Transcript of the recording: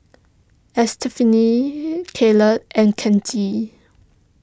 Estefani Kayley and Kenji